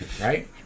right